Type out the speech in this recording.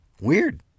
Weird